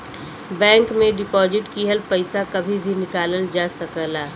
bank में deposit किहल पइसा कभी भी निकालल जा सकला